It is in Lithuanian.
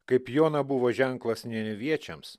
kaip jona buvo ženklas nieneviečiams